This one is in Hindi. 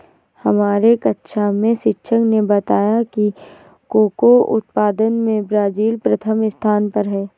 हमारे कक्षा में शिक्षक ने बताया कि कोको उत्पादन में ब्राजील प्रथम स्थान पर है